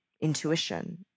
intuition